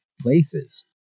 places